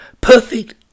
Perfect